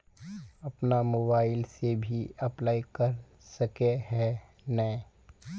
अपन मोबाईल से भी अप्लाई कर सके है नय?